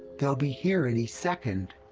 they'll be here any second!